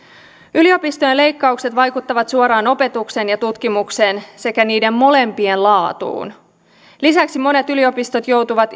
yliopistojen leikkaukset vaikuttavat suoraan opetukseen ja tutkimukseen sekä niiden molempien laatuun lisäksi monet yliopistot joutuvat